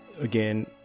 again